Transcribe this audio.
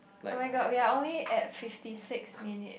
oh-my-god we are only in fifty six minutes